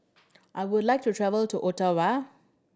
I would like to travel to Ottawa